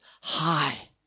High